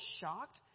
shocked